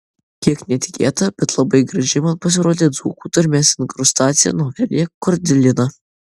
kiek netikėta bet labai graži man pasirodė dzūkų tarmės inkrustacija novelėje kordilina